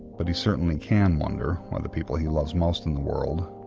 but he certainly can wonder why the people he loves most in the world,